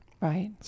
Right